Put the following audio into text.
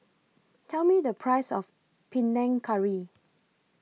Tell Me The Price of Panang Curry